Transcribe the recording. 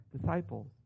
disciples